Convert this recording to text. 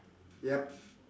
yup